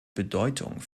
bedeutung